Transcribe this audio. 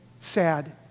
sad